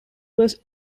was